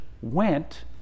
went